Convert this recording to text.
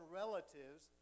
relatives